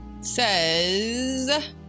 says